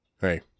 hey